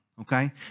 Okay